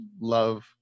love